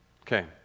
okay